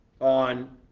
on